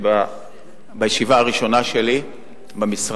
כבר בישיבה הראשונה שלי במשרד,